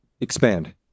Expand